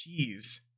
jeez